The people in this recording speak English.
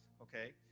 Okay